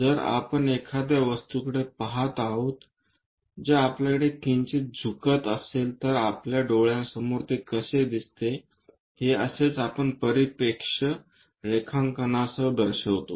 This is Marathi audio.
जर आपण एखाद्या वस्तूकडे पहात आहोत जे आपल्याकडे किंचित झुकत असेल तर आपल्या डोळ्यांसमोर ते कसे दिसते हे असेच आपण परिप्रेक्ष्य रेखांकनासह दर्शवतो